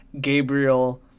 Gabriel